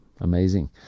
Amazing